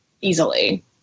easily